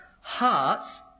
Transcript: hearts